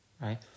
right